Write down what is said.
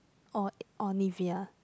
or or Nivea